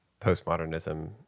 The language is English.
postmodernism